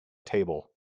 table